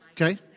Okay